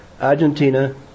Argentina